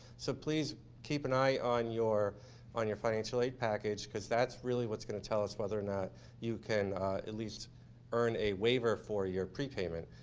so please keep an eye on your on your financial aid package, because that's really what's going to tell us whether or not you can at least earn a waiver for your prepayment.